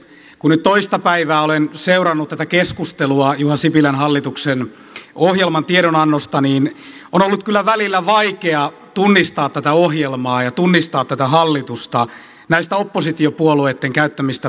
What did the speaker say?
kun nyt toista päivää olen seurannut tätä keskustelua juha sipilän hallituksen ohjelman tiedonannosta on ollut kyllä välillä vaikea tunnistaa tätä ohjelmaa ja tunnistaa tätä hallitusta näistä oppositiopuolueitten käyttämistä puheenvuoroista